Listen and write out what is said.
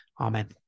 Amen